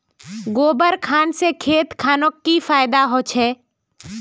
गोबर खान से खेत खानोक की फायदा होछै?